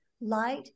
light